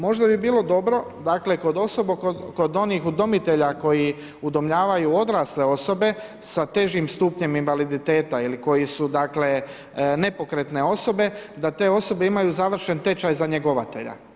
Možda bi bilo dobro, dakle, kod osoba, kod onih udomitelja, koji udomljavaju odrasle osobe, sa težim stupnjem invaliditeta ili koji su dakle, nepokretne osobe, da te osobe imaju završen tečaj za njegovatelja.